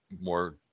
more